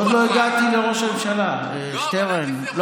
עוד לא הגעתי לראש הממשלה, שטרן.